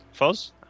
Foz